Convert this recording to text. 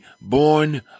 born